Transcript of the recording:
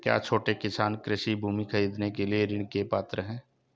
क्या छोटे किसान कृषि भूमि खरीदने के लिए ऋण के पात्र हैं?